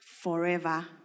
Forever